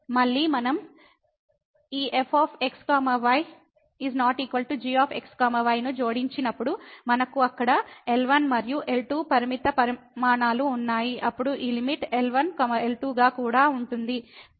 మళ్ళీ మనం ఈ fx y gx y ను జోడించినప్పుడు మనకు అక్కడ L1 మరియు L2 పరిమిత పరిమాణాలు ఉన్నాయి అప్పుడు ఈ లిమిట్ L1 L2 గా కూడా ఉంటుంది